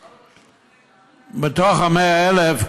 מה-100,000,